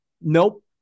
Nope